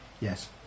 Yes